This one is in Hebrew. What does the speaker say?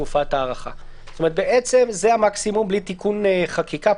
"תקופת ההארכה")." בעצם זה המקסימום בלי תיקון חקיקה.